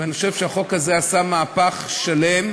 ואני חושב שהחוק הזה עשה מהפך שלם.